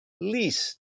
least